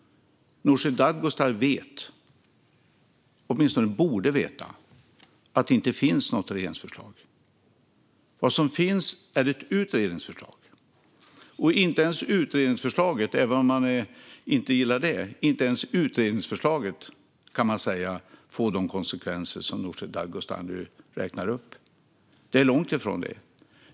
Nooshi Dadgostar vet - åtminstone borde hon veta - att det inte finns något regeringsförslag. Vad som finns är ett utredningsförslag. Och inte ens utredningsförslaget, även om man inte gillar det, kan man säga får de konsekvenser som Nooshi Dadgostar nu räknar upp. Det är långt ifrån det.